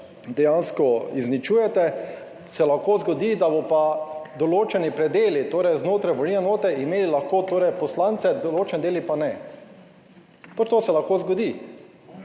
dejansko izničujete, se lahko zgodi, da bo pa določeni predeli, torej znotraj volilne enote imeli lahko torej poslance, določen del pa ne. Tudi to se lahko zgodi.